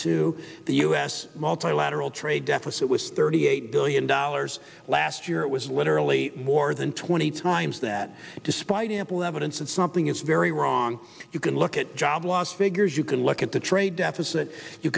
two the us multilateral trade deficit was thirty eight billion dollars last year it was literally more than twenty times that despite ample evidence that something is very wrong you can look at job loss figures you can look at the trade deficit you